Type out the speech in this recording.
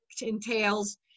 entails